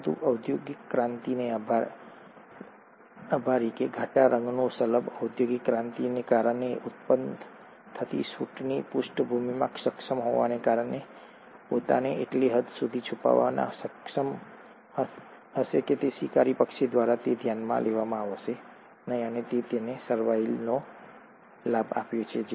પરંતુ ઔદ્યોગિક ક્રાંતિને આભારી ઘાટા રંગનું શલભ ઔદ્યોગિક ક્રાંતિને કારણે ઉત્પન્ન થતી સૂટની પૃષ્ઠભૂમિમાં સક્ષમ હોવાને કારણે પોતાને એટલી હદ સુધી છૂપાવવામાં સક્ષમ હશે કે તે શિકારી પક્ષી દ્વારા ધ્યાનમાં લેવામાં આવશે નહીં અને તે તેને સર્વાઇવલ લાભ આપ્યો છે